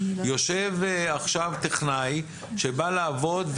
יושב עכשיו טכנאי שבא לעבוד,